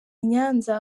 nyanza